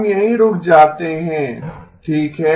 हम यहीं रुक जाते हैं ठीक है